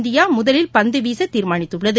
இந்தியாமுதலில் பந்துவீசதீர்மானித்துள்ளது